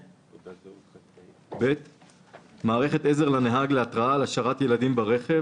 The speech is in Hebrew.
במקום "עד גיל 5". (היו"ר יעקב מרגי,